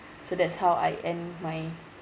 so that's how I end my